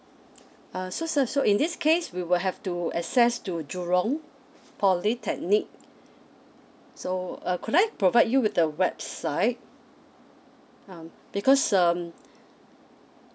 uh so sir in this case we will have to access to jurong polytechnic so err could like provide you with the website um because um